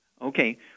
Okay